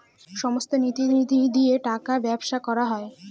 সমস্ত নীতি নিধি দিয়ে টাকার ব্যবসা করা হয়